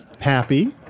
Happy